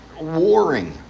warring